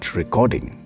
recording